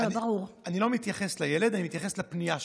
אני לא מתייחס לילד, אני מתייחס לפנייה שלך.